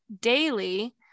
daily